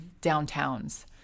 downtowns